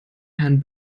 herrn